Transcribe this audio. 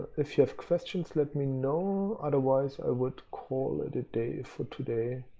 if you have questions, let me know. otherwise i would call it a day for today.